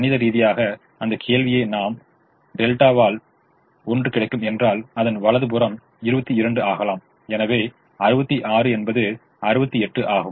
கணித ரீதியாக அந்த கேள்வியை நாம் δ வைத்தால் 1 கிடைக்கும் என்றால் அதன் வலது புறம் 22 ஆகலாம் எனவே 66 என்பது 68 ஆகும்